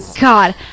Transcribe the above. god